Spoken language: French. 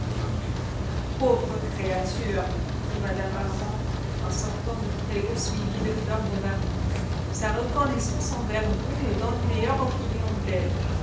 pauvre créature dit mme armand en sortant du préau suivie de fleur de marie sa reconnaissance envers vous me donne meilleure opinion d'elle